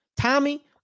Tommy